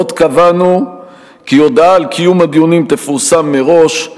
עוד קבענו כי הודעה על קיום הדיונים תפורסם מראש,